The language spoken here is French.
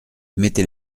mettez